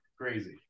crazy